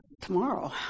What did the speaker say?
tomorrow